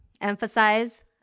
emphasize